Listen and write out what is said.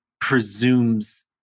presumes